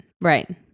right